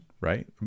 right